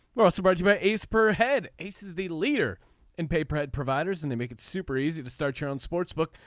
well i'll surprise you by ace per head. ace is the leader in pay per head providers and they make it super easy to start own sportsbook.